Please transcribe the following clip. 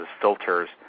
filters